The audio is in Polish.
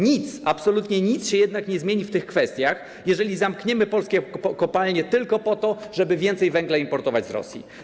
Nic, absolutnie nic nie zmieni się jednak w tych kwestiach, jeżeli zamkniemy polskie kopalnie tylko po to, żeby więcej węgla importować z Rosji.